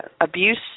abuse